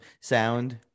sound